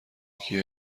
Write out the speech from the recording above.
یکی